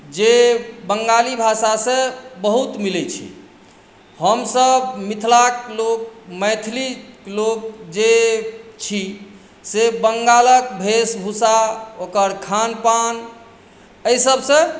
जे बंगाली भाषासँ बहुत मिलैत छै हमसभ मिथिलाक लोक मैथिली लोक जे छी से बंगालक वेशभूषा ओकर खानपान एहि सभसँ